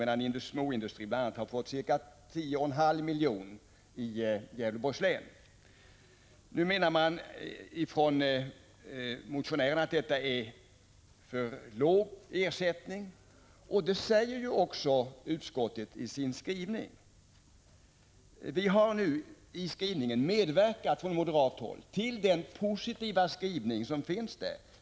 medan småindustrier har fått ca 10,5 milj.kr. Motionärerna menar nu att detta är för låg ersättning. Men detta är ju vad utskottet uttalat i sin skrivning. Från moderat håll har vi nu medverkat till den positiva skrivning som finns i betänkandet.